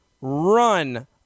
run